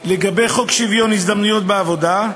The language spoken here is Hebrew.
לגבי חוק שוויון ההזדמנויות בעבודה,